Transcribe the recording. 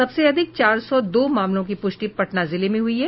सबसे अधिक चार सौ दो मामलों की पुष्टि पटना जिले में हुई है